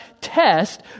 test